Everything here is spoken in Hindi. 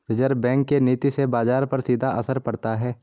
रिज़र्व बैंक के नीति से बाजार पर सीधा असर पड़ता है